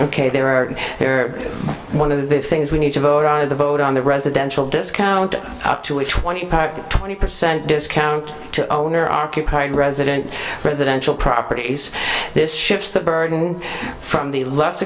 ok there are here one of the things we need to vote on the vote on the residential discount up to a twenty twenty percent discount to owner occupied resident residential properties this shifts the burden from the less